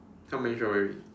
how many strawberries